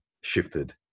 shifted